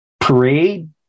parade